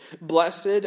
Blessed